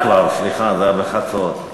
עלה כבר, סליחה, זה היה בחצות.